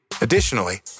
Additionally